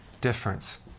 difference